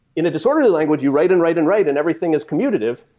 in a disorderly language, you write and write and write and everything is commutative.